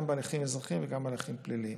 גם בהליכים אזרחיים וגם בהליכים פליליים.